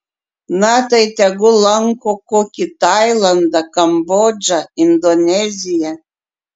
na tai tegul lanko kokį tailandą kambodžą indoneziją